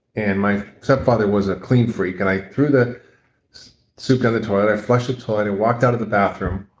and my stepfather was a clean freak and i threw the soup down the toilet. i flushed the toilet and walked out of the bathroom.